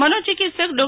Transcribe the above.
મનોચિકિત્સક ડો